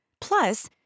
Plus